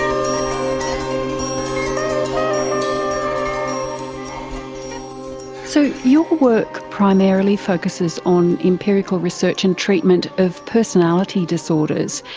um so your work primarily focuses on empirical research and treatment of personality disorders,